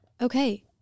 Okay